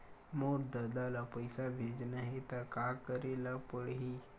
मोर ददा ल पईसा भेजना हे त का करे ल पड़हि?